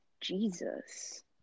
Jesus